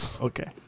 Okay